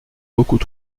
beaucoup